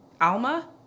Alma